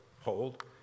hold